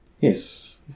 yes